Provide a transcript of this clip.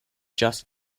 just